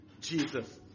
Jesus